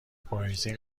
پاییزی